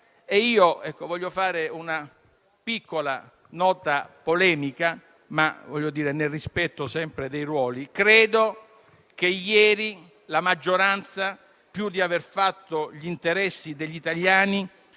Voglio fare una piccola nota polemica, sempre nel rispetto dei ruoli: credo che ieri la maggioranza, più che aver fatto gli interessi degli italiani,